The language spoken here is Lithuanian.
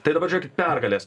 tai dabar žiūrėkit pergalės